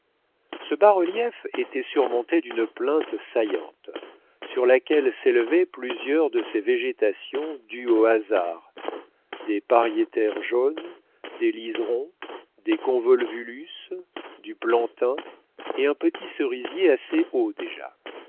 ce bas-relief était surmonté d'une plinthe saillante sur laquelle s'élevaient plusieurs de ces végétations dues au hasard des pariétaires jaunes des liserons des convolvulus du plantain et un petit cerisier assez haut déjà